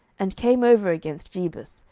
and came over against jebus,